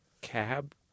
cab